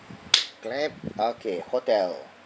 clap okay hotel